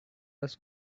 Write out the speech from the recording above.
was